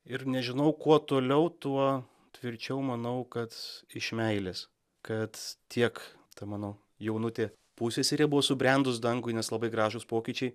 ir nežinau kuo toliau tuo tvirčiau manau kad iš meilės kad tiek ta mano jaunutė pusseserė buvo subrendus dangui nes labai gražūs pokyčiai